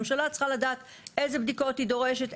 הממשלה צריכה לדעת איזנה בדיקות היא דורשת,